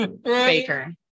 Baker